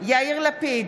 יאיר לפיד,